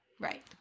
Right